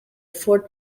fort